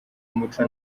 umuco